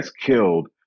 killed